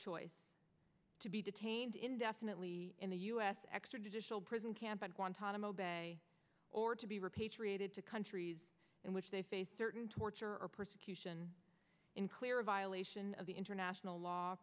choice to be detained indefinitely in the u s extrajudicial prison camp at guantanamo bay or to be repatriated to countries in which they face certain torture or persecution in clear violation of the international law